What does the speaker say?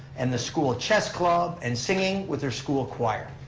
and the school chess club, and singing with her school choir.